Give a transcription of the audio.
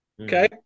Okay